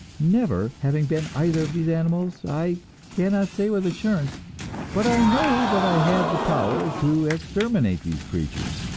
never having been either of these animals, i cannot say with assurance but i know that i have the power to exterminate these creatures,